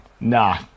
Nah